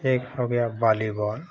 एक हो गया बालीबाल